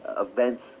events